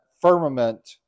firmament